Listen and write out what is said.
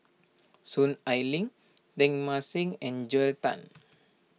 Soon Ai Ling Teng Mah Seng and Joel Tan